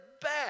back